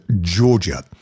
Georgia